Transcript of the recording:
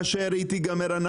כאשר היא תיגמר,